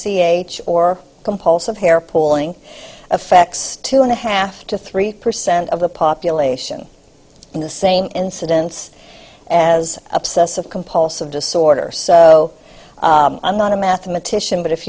c h or compulsive hair pooling affects two and a half to three percent of the population in the same incidence as obsessive compulsive disorder so i'm not a mathematician but if